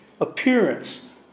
appearance